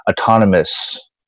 autonomous –